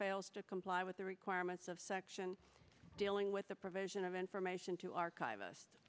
fails to comply with the requirements of section dealing with the provision of information to archiv